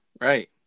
Right